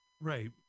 Right